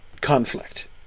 conflict